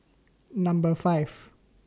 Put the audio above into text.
Number five